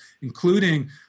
including